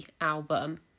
album